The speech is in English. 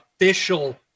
official